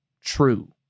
true